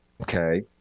okay